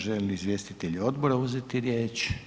Želi li izvjestitelj odbora uzeti riječ?